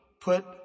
Put